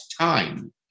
time